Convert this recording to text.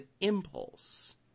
Impulse